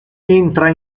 entra